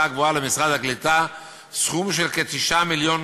גבוהה למשרד העלייה והקליטה סכום של כ-9 מיליון